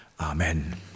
Amen